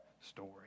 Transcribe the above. story